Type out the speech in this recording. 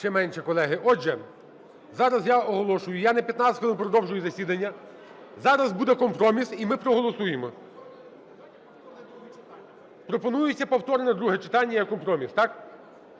Отже, зараз я оголошую, я на 15 хвилин продовжую засідання, зараз буде компроміс і ми проголосуємо. Пропонується повторне друге читання – є компроміс. Так?